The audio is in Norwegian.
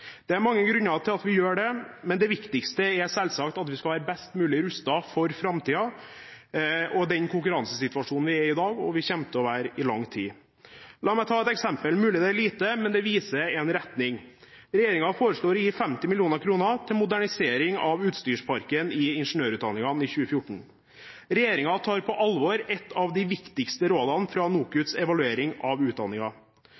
Det er mange grunner til at vi gjør det, men det viktigste er selvsagt at vi skal være best mulig rustet for framtiden og den konkurransesituasjonen vi er i i dag og kommer til å være i i lang tid. La meg ta et eksempel – mulig det er lite, men det viser en retning: Regjeringen foreslår å gi 50 mill. kr til modernisering av utstyrsparken i ingeniørutdanningene i 2014. Regjeringen tar på alvor ett av de viktigste rådene fra